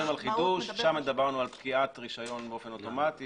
ושם דיברנו על פקיעת רישיון באופן אוטומטי